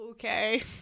Okay